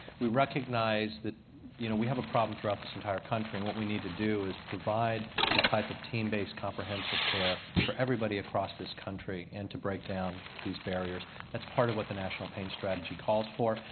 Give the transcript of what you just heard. we recognize that you know we have a problem throughout the entire country what we need to do is provide the type of team-based comprehensive care for everybody across this country, and to break down these barriers. that's part of what the national pain strategy calls for.